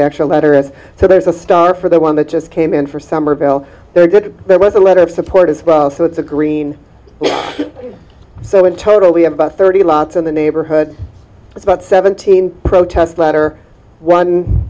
the actual letter is so there's a star for the one that just came in for somerville they're good there was a letter of support is so it's a green so in total we have about thirty lots in the neighborhood of about seventeen protests latter one